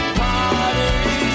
party